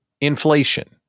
inflation